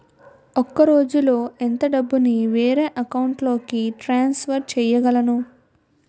ఒక రోజులో ఎంత డబ్బుని వేరే అకౌంట్ లోకి ట్రాన్సఫర్ చేయగలను?